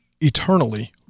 eternally